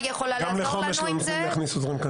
גם לחומש לא נותנים להכניס עוזרים.